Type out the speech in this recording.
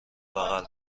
بغل